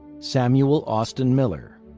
samuel austin miller.